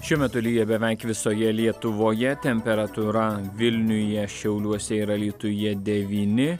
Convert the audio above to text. šiuo metu lyja beveik visoje lietuvoje temperatūra vilniuje šiauliuose ir alytuje devyni